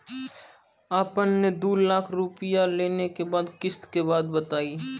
आपन ने दू लाख रुपिया लेने के बाद किस्त के बात बतायी?